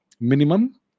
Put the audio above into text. minimum